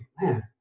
man